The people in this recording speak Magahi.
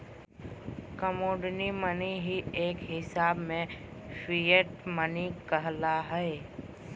कमोडटी मनी ही एक हिसाब से फिएट मनी कहला हय